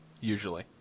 Usually